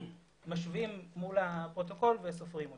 ומשווים מול הפרוטוקול וסופרים אותם.